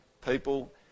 People